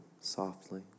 softly